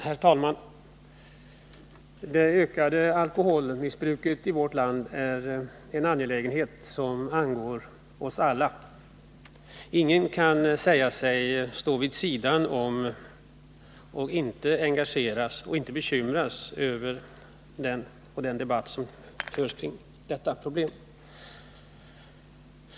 Herr talman! Det ökade alkoholmissbruket i vårt land är en angelägenhet som angår oss alla. Ingen kan säga sig stå vid sidan om och inte bekymras av problemet och den debatt som detta ger anledning till.